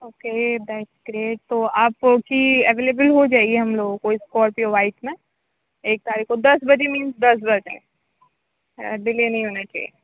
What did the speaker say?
okay that great تو آپ کو جی اویلیبل ہو جائے گی ہم لوگوں کو اسکارپیو وائٹ میں ایک تاریخ کو دس بجے مینس دس بجے ڈلے نہیں ہونا چاہیے